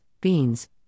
beans